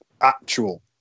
actual